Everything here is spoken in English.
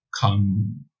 come